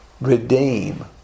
Redeem